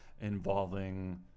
involving